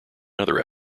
other